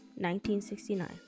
1969